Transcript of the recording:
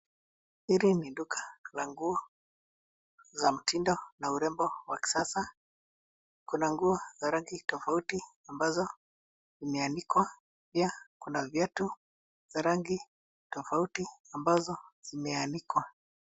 Hili ni duka la nguo za mtindo na urembo wa kisasa, kuna nguo za rangi tofauti ambazo imeanikwa pia kuna viatu za rangi tofauti ambazo zimeanikwa.